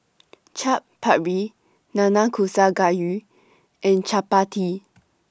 Chaat Papri Nanakusa Gayu and Chapati